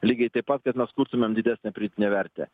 lygiai taip pat kad mes kurtumėm didesnę pridėtinę vertę